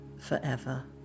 forever